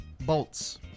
Bolts